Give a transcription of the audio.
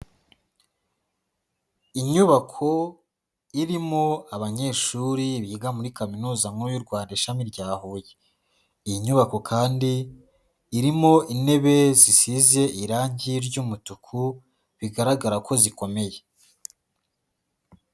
Inyubako irimo abanyeshuri biga muri Kaminuza nkuru y'u Rwanda ishami rya Huye, iyi nyubako kandi irimo intebe zisize irange ry'umutuku, bigaragara ko zikomeye.